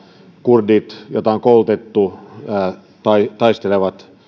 kurdit joita on koulutettu taistelevat